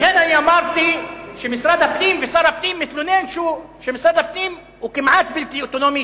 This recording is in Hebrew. לכן אמרתי ששר הפנים מתלונן שמשרד הפנים הוא כמעט בלתי אוטונומי,